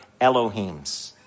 Elohims